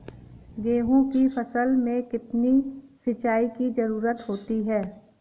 गेहूँ की फसल में कितनी सिंचाई की जरूरत होती है?